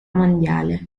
mondiale